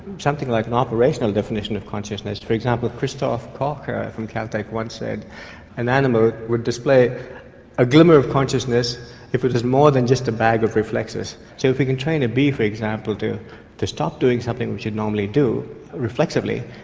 something like an operational definition of consciousness. for example, christof koch from caltech once said an animal would display a glimmer of consciousness if it is more than just a bag of reflexes. so if we can train a bee, for example, to to stop doing something it would normally do reflexively,